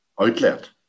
outlet